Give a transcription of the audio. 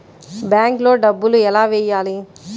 బ్యాంక్లో డబ్బులు ఎలా వెయ్యాలి?